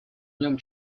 нем